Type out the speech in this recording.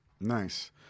Nice